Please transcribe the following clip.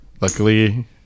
luckily